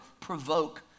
provoke